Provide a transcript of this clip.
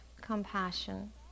compassion